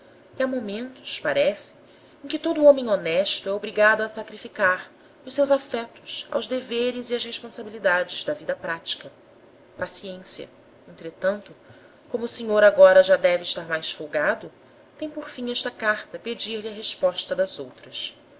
e há momentos parece em que todo o homem honesto é obrigado a sacrificar os seus afetos aos deveres e às responsabilidades da vida prática paciência entretanto como o senhor agora já deve estar mais folgado tem por fim esta carta pedir-lhe a resposta das outras